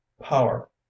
power